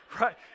right